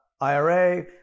IRA